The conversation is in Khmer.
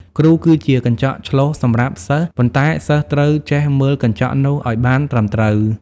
គ្រូគឺជាកញ្ចក់ឆ្លុះសម្រាប់សិស្ស ប៉ុន្តែសិស្សត្រូវចេះមើលកញ្ចក់នោះឱ្យបានត្រឹមត្រូវ។